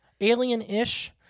alien-ish